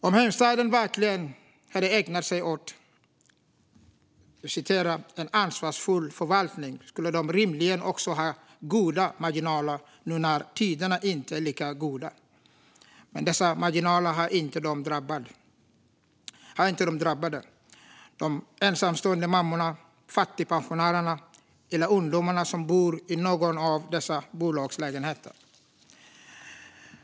Om Heimstaden verkligen hade ägnat sig åt "en ansvarsfull förvaltning" skulle de rimligen också ha goda marginaler nu när tiderna inte är lika goda. Men dessa marginaler har inte de drabbade - de ensamstående mammorna, fattigpensionärerna eller ungdomarna som bor i någon av dessa bolags lägenheter.